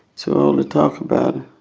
too old to talk about